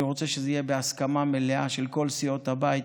אני רוצה שזה יהיה בהסכמה מלאה של כל סיעות הבית,